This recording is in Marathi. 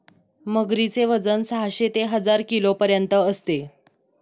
मगरीचे वजन साहशे ते हजार किलोपर्यंत असते